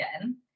again